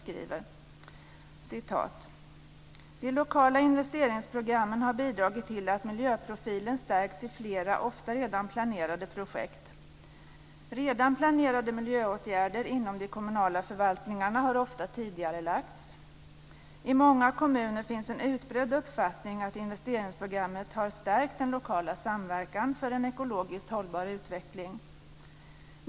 Jag citerar: "De lokala investeringsprogrammen har bidragit till att miljöprofilen stärkts i flera, ofta redan planerade, projekt. Redan planerade miljöåtgärder inom de kommunala förvaltningarna har ofta tidigarelagts. I många kommuner finns en utbredd uppfattning att investeringsprogrammet har stärkt den lokala samverkan för en ekologiskt hållbar utveckling.